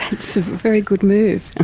that's a very good move. and